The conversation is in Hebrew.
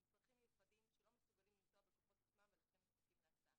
צרכים מיוחדים שלא מסוגלים לנסוע בכוחות עצמם ולכן הם זקוקים להסעה.